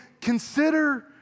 consider